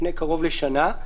לפני קרוב לשנה,